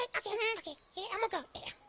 like okay, okay. here elmo go. yeah